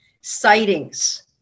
sightings